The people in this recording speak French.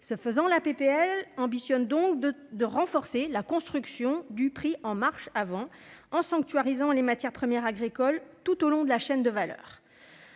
de loi ambitionne de renforcer la « construction du prix en marche avant », en sanctuarisant les matières premières agricoles tout au long de la chaîne de valeur.